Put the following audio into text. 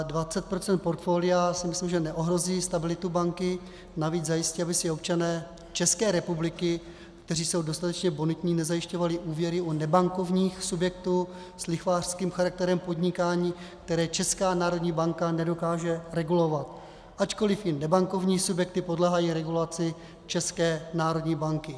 Dvacet procent portfolia si myslím, že neohrozí stabilitu banky, navíc zajistí, aby si občané České republiky, kteří jsou dostatečně bonitní, nezajišťovali úvěry u nebankovních subjektů s lichvářským charakterem podnikání, které Česká národní banka nedokáže regulovat, ačkoliv i nebankovní subjekty podléhají regulaci České národní banky.